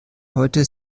heute